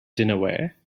dinnerware